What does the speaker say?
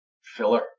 filler